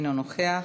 אינו נוכח.